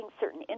certain